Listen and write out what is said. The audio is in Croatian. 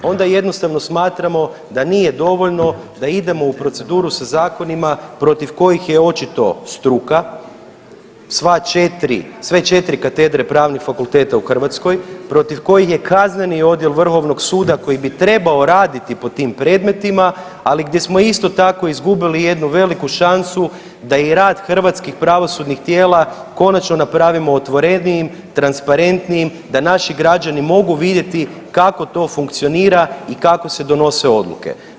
Onda jednostavno smatramo da nije dovoljno da idemo u proceduru sa zakonima protiv kojih je očito struka, sva četiri, sve četiri katedre Pravnih fakulteta u Hrvatskoj protiv kojih je kazneni odjel vrhovnog suda koji bi trebao raditi po tim predmetima, ali gdje smo isto tako izgubili jednu veliku šansu da i rad hrvatskih pravosudnih tijela konačno napravimo otvorenijim i transparentnijim da naši građani mogu vidjeti kako to funkcionira i kako se donose odluke.